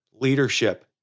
leadership